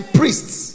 priests